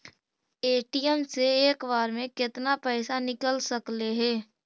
ATM से एक बार मे केतना पैसा निकल सकले हे?